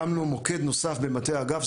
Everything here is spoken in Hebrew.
שלישית, הקמנו מוקד נוסף במטה האגף.